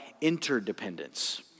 interdependence